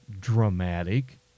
dramatic